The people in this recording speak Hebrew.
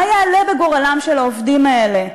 מה יעלה בגורלם של העובדים האלה?